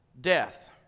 death